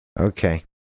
Okay